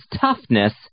toughness